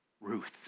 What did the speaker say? Ruth